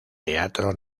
teatro